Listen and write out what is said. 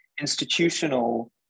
institutional